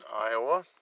Iowa